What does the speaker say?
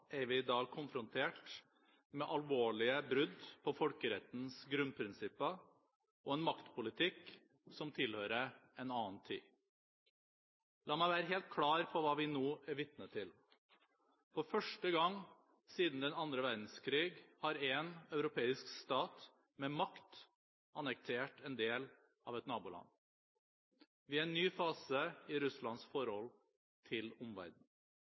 er vi i dag konfrontert med alvorlige brudd på folkerettens grunnprinsipper og en maktpolitikk som tilhører en annen tid. La meg være helt klar på hva vi nå er vitne til: For første gang siden andre verdenskrig har en europeisk stat med makt annektert en del av et naboland. Vi er i en ny fase i Russlands forhold til